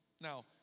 Now